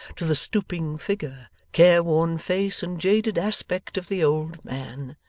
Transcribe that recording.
to the stooping figure, care-worn face, and jaded aspect of the old man.